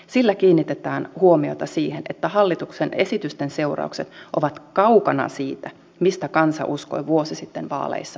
sillä kiinnitetään huomiota siihen että hallituksen esitysten seuraukset ovat kaukana siitä mistä kansa uskoi vuosi sitten vaaleissa